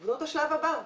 תנו את השלב הבא,